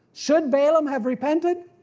should balaam have repented?